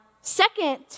second